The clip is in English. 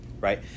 right